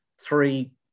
three